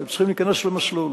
הם צריכים להיכנס למסלול.